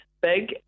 big